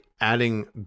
adding